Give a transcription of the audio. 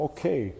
Okay